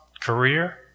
career